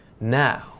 now